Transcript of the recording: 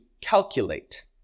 calculate